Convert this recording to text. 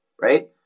right